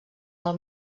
del